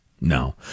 No